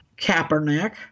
Kaepernick